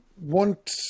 want